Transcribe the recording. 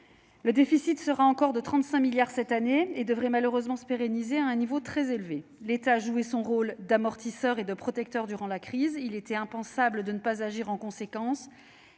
Le déficit sera encore de 35 milliards d'euros cette année, et devrait malheureusement se pérenniser à un niveau très élevé. L'État a joué son rôle d'amortisseur et de protecteur durant la crise. Il était impensable de ne pas agir en conséquence,